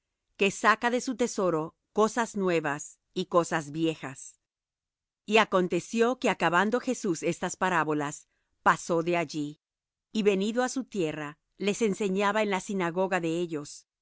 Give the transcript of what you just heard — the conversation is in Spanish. que saca de su tesoro cosas nuevas y cosas viejas y aconteció que acabando jesús estas parábolas pasó de allí y venido á su tierra les enseñaba en la sinagoga de ellos